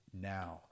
now